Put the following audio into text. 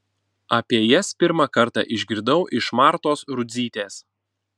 apie jas pirmą kartą išgirdau iš martos rudzytės